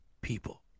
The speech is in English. people